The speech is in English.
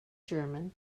german